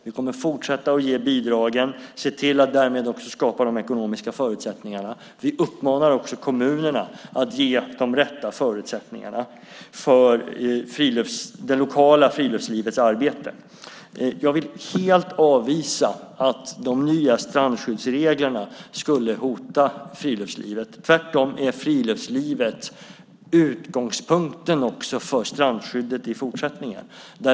Vi kommer att fortsätta att ge bidragen och se till att därmed skapa de ekonomiska förutsättningarna. Vi uppmanar också kommunerna att ge de rätta förutsättningarna för det lokala friluftslivets arbete. Jag vill helt avvisa att de nya strandskyddsreglerna skulle hota friluftslivet. Tvärtom är friluftslivet utgångspunkten för strandskyddet också i fortsättningen.